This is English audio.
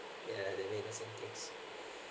yeah they need the same things